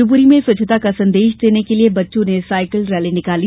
शिवपुरी में स्वच्छता का संदेश देने के लिये बच्चों ने साइकल रैली निकाली